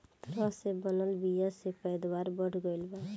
तरह से बनल बीया से पैदावार बढ़ गईल बा